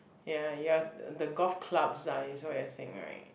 ya your th~ the golf clubs is what you are saying right